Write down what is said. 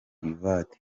divert